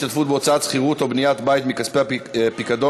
השתתפות בהוצאות שכירות או בניית בית מכספי הפיקדון),